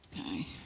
Okay